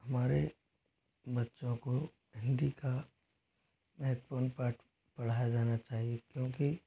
हमारे बच्चों को हिंदी का महत्वपूर्ण पाठ पढ़ाया जाना चाहिए क्योंकि